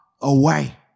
away